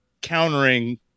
countering